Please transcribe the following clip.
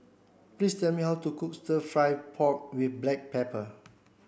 please tell me how to cook the fry pork with black pepper